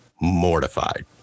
mortified